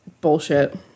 bullshit